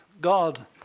God